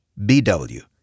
BW